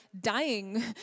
dying